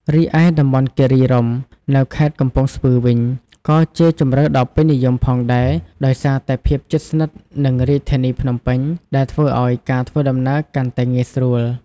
រីឯតំបន់គិរីរម្យ នៅខេត្តកំពង់ស្ពឺវិញ ក៏ជាជម្រើសដ៏ពេញនិយមផងដែរ ដោយសារតែភាពជិតស្និទ្ធនឹងរាជធានីភ្នំពេញ ដែលធ្វើឲ្យការធ្វើដំណើរកាន់តែងាយស្រួល។